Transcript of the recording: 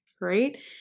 right